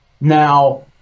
Now